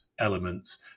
elements